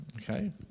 Okay